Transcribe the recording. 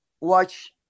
watch